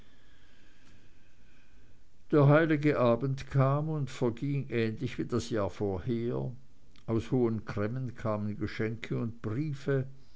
der heilige abend kam und verging ähnlich wie das jahr vorher aus hohen cremmen kamen geschenke und briefe